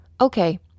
Okay